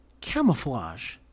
camouflage